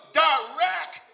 direct